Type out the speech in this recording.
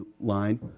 line